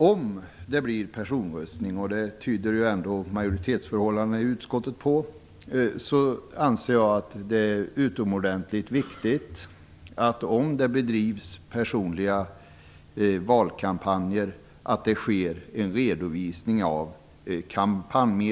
Om det blir personröstning - vilket majoritetsförhållandet i utskottet tyder på - anser jag att det är utomordentligt viktigt att det görs en redovisning av kampanjmedlen om det bedrivs personliga valkampanjer.